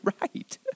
right